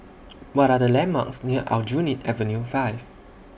What Are The landmarks near Aljunied Avenue five